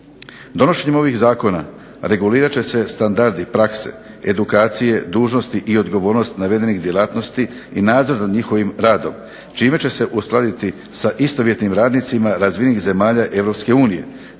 Donošenjem ovih zakona regulirat će se standardi prakse, edukacije, dužnosti i odgovornosti navedenih djelatnosti, i nadzor za njihovim radom, čime će se uskladiti sa istovjetnim radnicima razvijenih zemalja